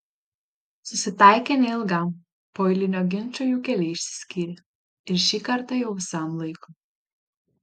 susitaikė neilgam po eilinio ginčo jų keliai išsiskyrė ir šį kartą jau visam laikui